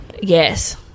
yes